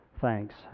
thanks